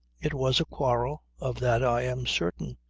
it was a quarrel of that i am certain.